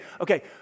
okay